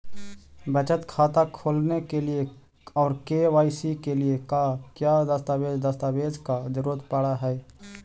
बचत खाता खोलने के लिए और के.वाई.सी के लिए का क्या दस्तावेज़ दस्तावेज़ का जरूरत पड़ हैं?